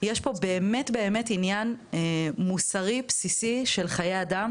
יש פה באמת עניין מוסרי בסיסי של חיי אדם